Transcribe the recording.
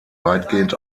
weitgehend